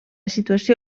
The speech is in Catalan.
situació